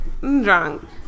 Drunk